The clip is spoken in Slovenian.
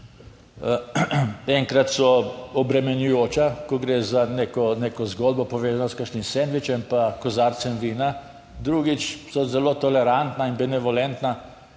Enkrat so obremenjujoča, ko gre za neko, neko zgodbo, povezano s kakšnim sendvičem pa kozarcem vina, drugič so zelo tolerantna in benevolentna,